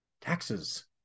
taxes